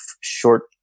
short